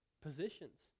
positions